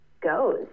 goes